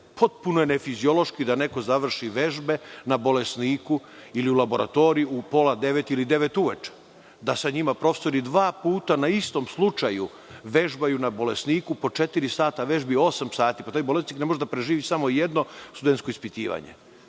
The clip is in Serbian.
Potpuno je nefiziološki da neko završi vežbe na bolesniku ili u laboratoriji u pola devet ili devet uveče, da sa njima profesori dva puta na istom slučaju vežbaju na bolesniku po četiri sata vežbi, osam sati. Pa, taj bolesnik ne može da preživi samo jedno studensko ispitivanje. Dokle